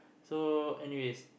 so anyways